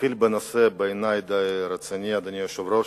נתחיל בנושא שבעיני הוא רציני, אדוני היושב-ראש,